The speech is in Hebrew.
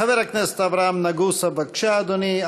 חבר הכנסת אברהם נגוסה, בבקשה אדוני.